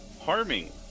harming